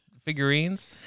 figurines